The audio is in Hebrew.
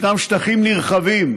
ישנם שטחים נרחבים